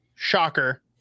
Shocker